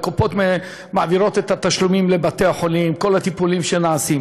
והקופות מעבירות את התשלומים לבתי-החולים וכך כל הטיפולים שנעשים.